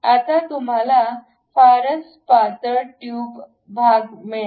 आता तुम्हाला फारच पातळ ट्यूब भाग मिळेल